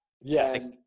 Yes